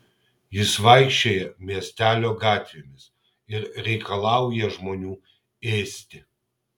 jis vaikščioja miestelio gatvėmis ir reikalauja žmonių ėsti